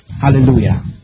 Hallelujah